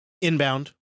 Inbound